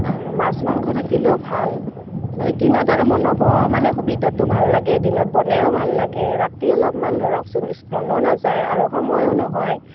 আৰু মাছ মাংস থাকিলেও ভাল মানে দিনত আৰু বনাব মানে সুবিধাটো ভাল লাগে দিনত বনায়ো ভাল লাগে ৰাতি অলপমান ধৰকচোন ইছ্ মনো নাযায় আৰু সময়ো নহয়